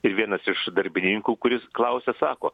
ir vienas iš darbininkų kuris klausia sako